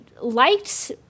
liked